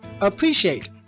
Appreciate